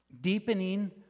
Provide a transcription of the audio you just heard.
deepening